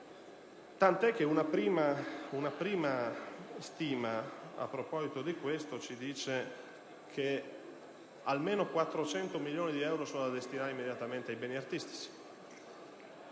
tant'è che da una prima stima al riguardo risulta che almeno 400 milioni di euro sono da destinare immediatamente ai beni artistici.